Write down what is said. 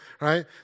right